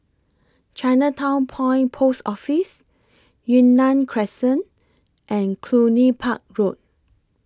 Chinatown Point Post Office Yunnan Crescent and Cluny Park Road